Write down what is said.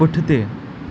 पुठिते